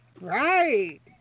Right